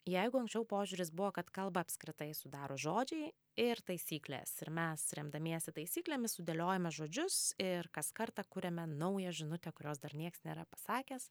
jeigu anksčiau požiūris buvo kad kalbą apskritai sudaro žodžiai ir taisyklės ir mes remdamiesi taisyklėmis sudėliojame žodžius ir kas kartą kuriame naują žinutę kurios dar nieks nėra pasakęs